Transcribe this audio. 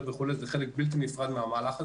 וכולי זה חלק בלתי נפרד מהמהלך הזה,